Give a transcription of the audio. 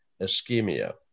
ischemia